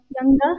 younger